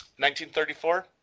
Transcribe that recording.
1934